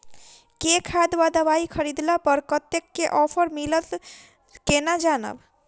केँ खाद वा दवाई खरीदला पर कतेक केँ ऑफर मिलत केना जानब?